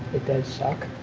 it does suck.